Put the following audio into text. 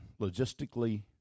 logistically